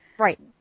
Right